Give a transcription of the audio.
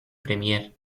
premier